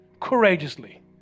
courageously